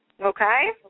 Okay